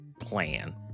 plan